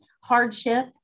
hardship